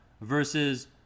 Versus